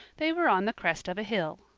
they were on the crest of a hill.